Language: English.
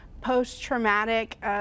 post-traumatic